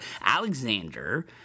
Alexander